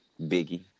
Biggie